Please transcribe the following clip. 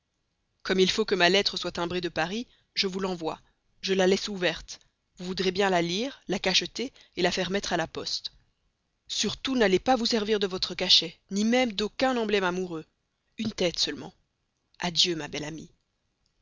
comme il faut que ma lettre soit timbrée de paris je vous l'envoie je la laisse ouverte vous voudrez bien la lire la cacheter la faire mettre à la poste surtout n'allez pas vous servir de votre cachet ni même d'aucun emblème amoureux une tête seulement adieu ma belle amie